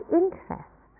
interest